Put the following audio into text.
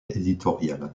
éditorial